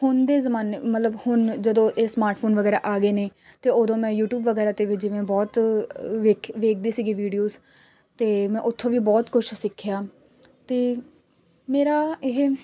ਹੁਣ ਦੇ ਜ਼ਮਾਨੇ ਮਤਲਬ ਹੁਣ ਜਦੋਂ ਇਹ ਸਮਾਰਟਫੋਨ ਵਗੈਰਾ ਆ ਗਏ ਨੇ ਅਤੇ ਉਦੋਂ ਮੈਂ ਯੂਟਿਊਬ ਵਗੈਰਾ 'ਤੇ ਵੀ ਜਿਵੇਂ ਬਹੁਤ ਵੇਖ ਵੇਖਦੀ ਸੀਗੀ ਵੀਡੀਓਜ ਅਤੇ ਮੈਂ ਉੱਥੋਂ ਵੀ ਬਹੁਤ ਕੁਛ ਸਿੱਖਿਆ ਅਤੇ ਮੇਰਾ ਇਹ